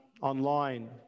online